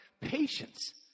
patience